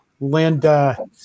Linda